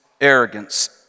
arrogance